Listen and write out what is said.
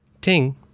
Ting